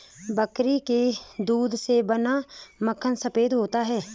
बकरी के दूध से बना माखन सफेद होता है